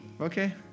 Okay